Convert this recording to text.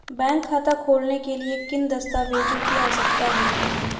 Bank खाता खोलने के लिए किन दस्तावेज़ों की आवश्यकता होती है?